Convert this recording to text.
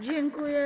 Dziękuję.